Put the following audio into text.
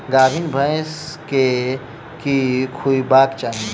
गाभीन भैंस केँ की खुएबाक चाहि?